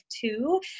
two